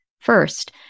first